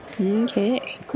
okay